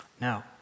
No